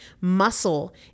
Muscle